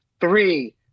Three